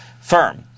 firm